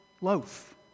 loaf